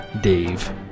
Dave